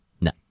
No